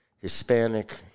Hispanic